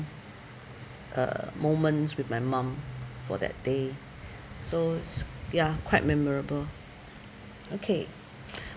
uh moments with my mum for that day so s~ ya quite memorable okay